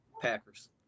Packers